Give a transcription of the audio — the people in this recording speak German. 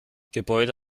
gebäude